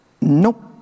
nope